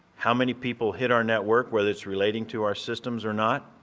how many people hit our network whether it's relating to our systems or not.